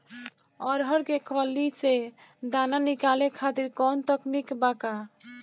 अरहर के फली से दाना निकाले खातिर कवन तकनीक बा का?